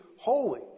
holy